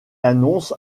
annonce